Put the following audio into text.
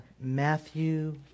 Matthew